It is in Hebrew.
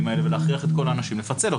האלה ולהכריח את כל האנשים לפצל אותם.